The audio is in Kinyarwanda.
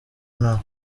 nta